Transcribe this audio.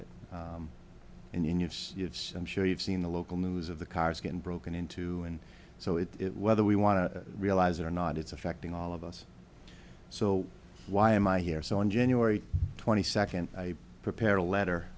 it in your lives i'm sure you've seen the local news of the cars getting broken into and so it it whether we want to realize it or not it's affecting all of us so why am i here so on january twenty second i prepare a letter